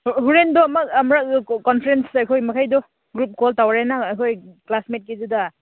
ꯍꯣꯔꯦꯟꯗꯣ ꯑꯃꯨꯔꯛ ꯀꯣꯟꯐ꯭ꯔꯦꯟꯁ ꯑꯩꯈꯣꯏ ꯃꯈꯩꯗꯨ ꯒ꯭ꯔꯨꯞ ꯀꯣꯜ ꯇꯧꯔꯦ ꯅꯪ ꯑꯩꯈꯣꯏ ꯀ꯭ꯂꯥꯁꯃꯦꯠꯀꯤꯗꯨꯗ